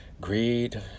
Greed